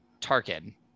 Tarkin